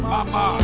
Mama